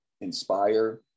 inspire